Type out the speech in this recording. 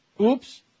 Oops